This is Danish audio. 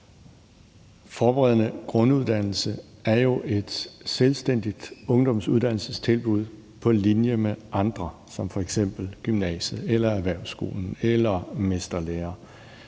Forberedende grunduddannelse er jo et selvstændigt uddannelsestilbud på linje med andre tilbud som f.eks. gymnasiet, erhvervsskolen eller mesterlæren.